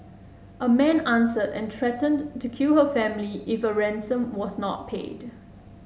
a man answered and threatened to kill her family if a ransom was not paid